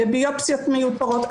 לביופסיות מיותרות,